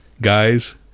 guys